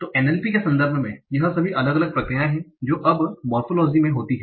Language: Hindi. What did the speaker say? तो NLP के संधर्भ में यह सभी अलग अलग प्रक्रियाएं हैं जो अब आकृति विज्ञान में होती हैं